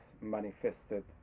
manifested